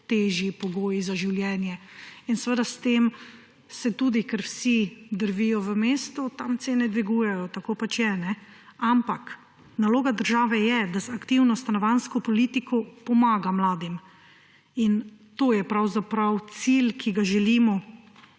težji pogoji za življenje. Seveda s tem se tudi, ker vsi drvijo v mesto, tam cene dvigujejo. Tako pač je. Ampak naloga države je, da z aktivno stanovanjsko politiko pomaga mladim. In to je pravzaprav cilj, ki ga želimo